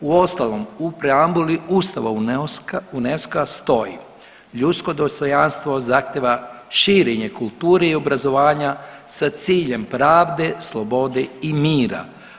Uostalom u preambuli Ustava UNESCO-a stoji ljudsko dostojanstvo zahtijeva širenje kulture i obrazovanja sa ciljem pravde, slobode i mira.